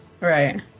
Right